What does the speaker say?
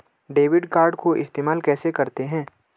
Debit card को इस्तेमाल कैसे करते हैं?